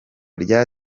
rya